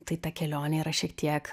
tai ta kelionė yra šiek tiek